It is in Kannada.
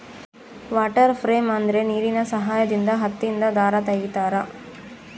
ವಾಟರ್ ಫ್ರೇಮ್ ಅಂದ್ರೆ ನೀರಿನ ಸಹಾಯದಿಂದ ಹತ್ತಿಯಿಂದ ದಾರ ತಗಿತಾರ